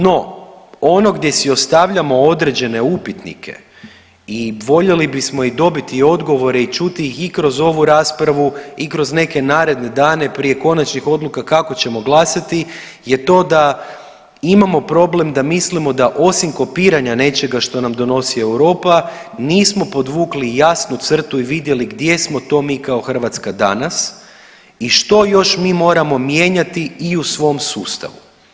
No ono gdje si ostavljamo određene upitnike i voljeli bismo i dobiti odgovore i čuti ih i kroz ovu raspravu i kroz neke naredne dane prije konačnih odluka kako ćemo glasati je to da imamo problem da mislimo da osim kopiranja nečega što nam donosi Europa nismo podvukli jasnu crtu i vidjeli gdje smo to mi kao Hrvatska danas i što još mi moramo mijenjati i u svom sustavu.